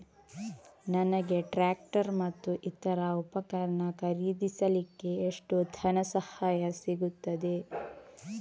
ನನಗೆ ಟ್ರ್ಯಾಕ್ಟರ್ ಮತ್ತು ಇತರ ಉಪಕರಣ ಖರೀದಿಸಲಿಕ್ಕೆ ಎಷ್ಟು ಧನಸಹಾಯ ಸಿಗುತ್ತದೆ?